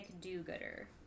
do-gooder